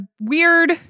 weird